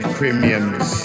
premiums